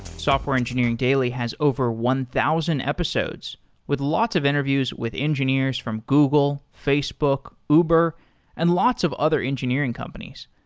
software engineering daily has over one thousand episodes with lots of interviews with engineers from google, facebook, uber and lots of other engineering companies.